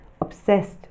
obsessed